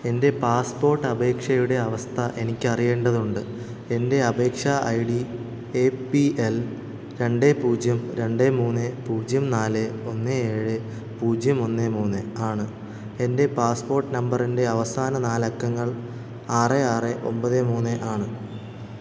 എന്റെ പാസ്പ്പോട്ട് അപേക്ഷയുടെ അവസ്ഥ എനിയ്ക്ക് അറിയേണ്ടതുണ്ട് എന്റെ അപേക്ഷാ I D A P L രണ്ട് പൂജ്യം രണ്ട് മൂന്ന് പൂജ്യം നാല് ഒന്ന് ഏഴ് പൂജ്യം ഒന്ന് മൂന്ന് ആണ് എന്റെ പാസ്പ്പോട്ട് നമ്പറിന്റെ അവസാന നാല് അക്കങ്ങൾ ആറ് ആറ് ഒമ്പത് മൂന്ന് ആണ്